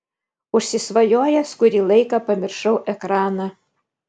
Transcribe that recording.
užsisvajojęs kurį laiką pamiršau ekraną